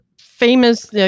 famous